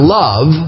love